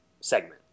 segment